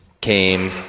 came